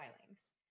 filings